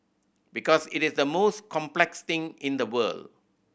because it is the most complex thing in the world